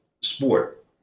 sport